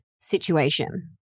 situation